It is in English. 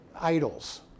idols